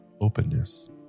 openness